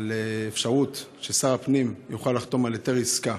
על האפשרות ששר הפנים יוכל לחתום על היתר עסקה,